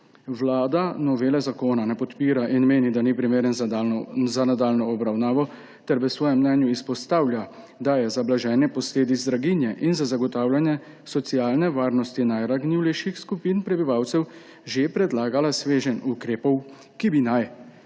Vlada novele zakona ne podpira in meni, da ni primeren za nadaljnjo obravnavo ter v svojem mnenju izpostavlja, da je za blaženje posledic draginje in za zagotavljanje socialne varnosti najranljivejših skupin prebivalcev že predlagala sveženj ukrepov, ki bi naj